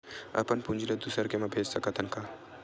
अपन पूंजी ला दुसर के मा भेज सकत हन का?